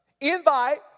Invite